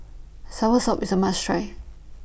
Soursop IS A must Try